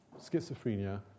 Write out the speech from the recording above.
schizophrenia